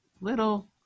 Little